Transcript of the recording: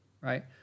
right